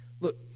Look